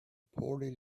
poorly